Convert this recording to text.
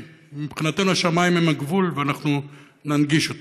מבחינתנו השמים הם הגבול ואנחנו ננגיש אותם,